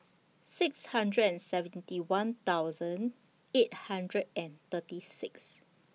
six hundred and seventy one thousand eight hundred and thirty six